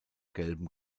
gelbem